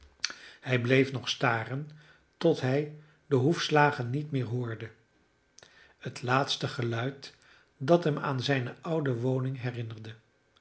hij bleef nog staren tot hij de hoefslagen niet meer hoorde het laatste geluid dat hem aan zijne oude woning herinnerde